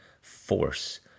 force